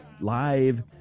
live